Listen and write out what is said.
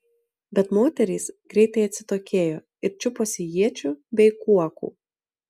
bet moterys greitai atsitokėjo ir čiuposi iečių bei kuokų